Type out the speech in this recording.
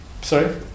Sorry